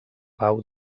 pau